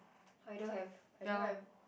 I don't have I don't have